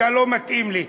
אתה לא מתאים לי,